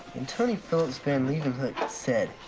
antonie philips van leeuwenhoek said,